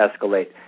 escalate